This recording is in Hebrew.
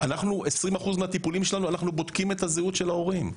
ב-20% מהטיפולים שלנו אנחנו בודקים את זהות ההורים.